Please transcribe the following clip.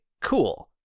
cool